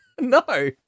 No